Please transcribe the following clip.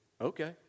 Okay